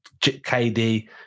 kd